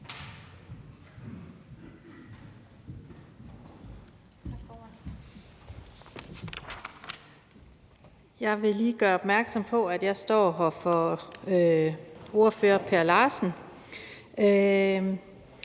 Jeg vil lige gøre opmærksom på, at jeg står her for ordfører Per Larsen.